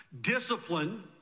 discipline